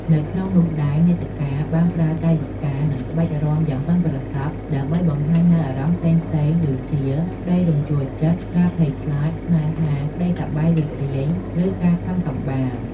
នៅក្នុងនោះដែរ នាដការបានប្រើកាយវិការ និងក្បាច់រាំយ៉ាងប៉ិនប្រសប់ ដើម្បីបង្ហាញនូវអារម្មណ៍ផ្សេងៗដូចជា ក្ដីរំជួលចិត្ត ការភ័យខ្លាច ស្នេហា ក្ដីសប្បាយរីករាយ ឬការខឹងសម្បារ។